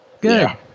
Good